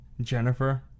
jennifer